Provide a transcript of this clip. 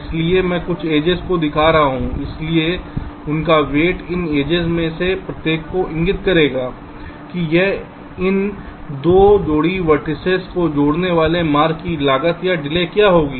इसलिए मैं कुछ एजेस को दिखा रहा हूं इसलिए इसका वेट इन एजेस में से प्रत्येक यह इंगित करेगा कि इन 2 जोड़ी वेर्तिसेस को जोड़ने वाले मार्ग की लागत या डिले क्या होगी